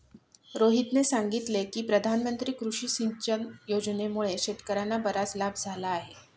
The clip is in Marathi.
रोहितने सांगितले की प्रधानमंत्री कृषी सिंचन योजनेमुळे शेतकर्यांना बराच लाभ झाला आहे